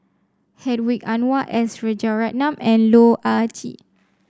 Hedwig Anuar S Rajaratnam and Loh Ah Chee